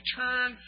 turn